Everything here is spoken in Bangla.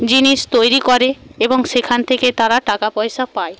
জিনিস তৈরি করে এবং সেখান থেকে তারা টাকা পয়সা পায়